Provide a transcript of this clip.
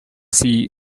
sea